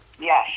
Yes